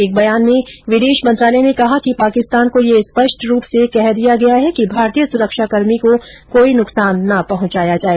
एक बयान में विदेश मंत्रालय ने कहा कि पाकिस्तान को यह स्पष्ट रूप से कह दिया गया है कि भारतीय सुरक्षा कर्मी को कोई नुकसान न पहुंचाया जाए